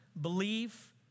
Believe